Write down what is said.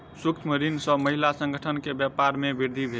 सूक्ष्म ऋण सॅ महिला संगठन के व्यापार में वृद्धि भेल